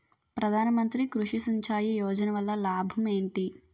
ప్రధాన మంత్రి కృషి సించాయి యోజన వల్ల లాభం ఏంటి?